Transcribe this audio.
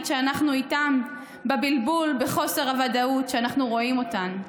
שאנחנו איתן בבלבול ובחוסר הוודאות שאנחנו רואים אותן בהם.